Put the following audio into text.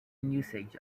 usage